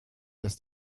dass